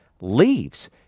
leaves